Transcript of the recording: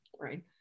right